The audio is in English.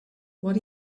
what